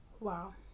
Wow